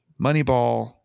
Moneyball